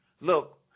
Look